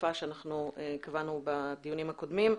תקופה שאנחנו קבענו בדיונים הקודמים,